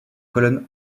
colonnes